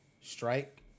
strike